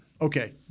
Okay